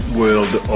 world